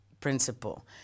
principle